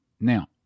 Now